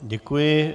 Děkuji.